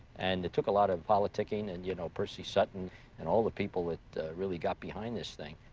and it took a lot of politicking, and, you know, percy sutton and all the people that really got behind this thing.